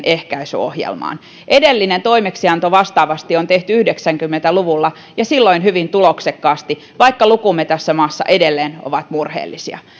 ehkäisyohjelmaan edellinen toimeksianto vastaavasti on tehty yhdeksänkymmentä luvulla ja silloin hyvin tuloksekkaasti vaikka lukumme tässä maassa ovat edelleen murheellisia